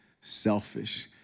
selfish